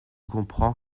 comprends